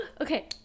okay